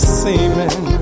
seeming